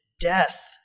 death